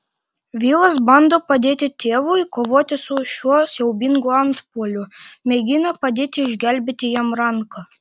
vilas bando padėti tėvui kovoti su šiuo siaubingu antpuoliu mėgina padėti išgelbėti jam ranką